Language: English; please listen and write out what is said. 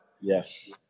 yes